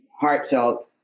heartfelt